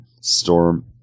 Storm